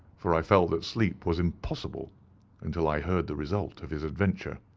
for i felt that sleep was impossible until i heard the result of his adventure.